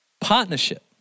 partnership